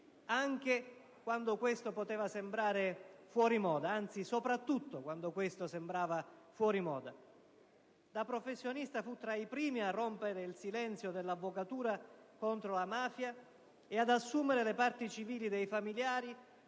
anche quando questo poteva sembrare fuori moda. Anzi, soprattutto, quando questo sembrava fuori moda. Da professionista, fu tra i primi a rompere il silenzio dell'avvocatura contro la mafia e ad assumere le parti civili dei familiari,